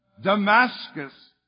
Damascus